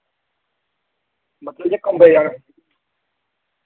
मतलब इ'यां कम्बे जन